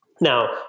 Now